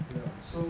ya so